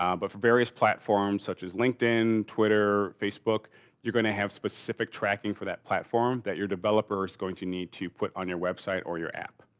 um but for various platforms such as linkedin, twitter, facebook you're going to have specific tracking for that platform that your developer is going to need to put on your website or your app.